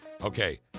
Okay